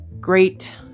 great